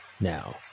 Now